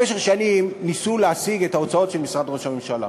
במשך שנים ניסו להשיג את ההוצאות של משרד ראש הממשלה.